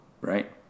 right